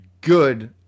good